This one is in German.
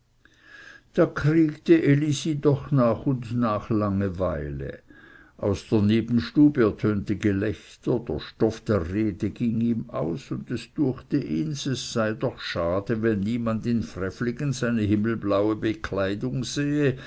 da kriegte elisi doch nach und nach langeweile aus der nebenstube ertönte gelächter der stoff der rede ging ihm aus und es düechte ihns es sei doch schade wenn niemand in frevligen seine himmelblaue bkleidig sehe